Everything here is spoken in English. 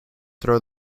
throw